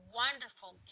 wonderful